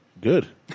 Good